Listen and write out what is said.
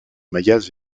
mayas